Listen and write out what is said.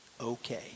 okay